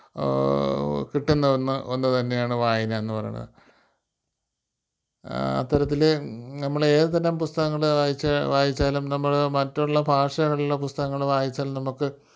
കിട്ടുന്ന ഒന്ന് ഒന്ന് തന്നെയാണ് വായന എന്ന് പറയുന്നത് അത്തരത്തിൽ നമ്മൾ ഏത് തരം പുസ്തകങ്ങൾ വായിച്ച് വായിച്ചാലും നമ്മൾ മറ്റു ള്ള ഭാഷകളിലെ പുസ്തകങ്ങൾ വായിച്ചാലും നമുക്ക്